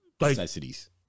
Necessities